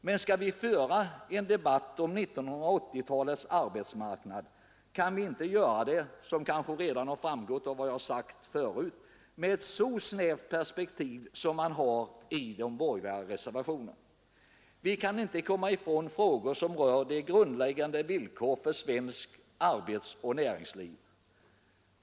Men det har kanske redan framgått av vad jag sagt, att skall vi föra en debatt om 1980-talets arbetsmarknad, kan vi inte göra det med så snävt perspektiv som man har i de borgerliga reservationerna. Vi kan inte komma ifrån problem som rör de grundläggande villkoren för svenskt arbete och näringsliv.